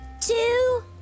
two